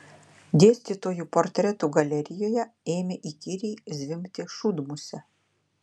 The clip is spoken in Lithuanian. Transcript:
dėstytojų portretų galerijoje ėmė įkyriai zvimbti šūdmusė